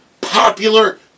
popular